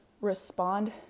respond